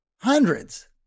hundreds